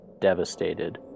devastated